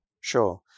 Sure